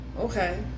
Okay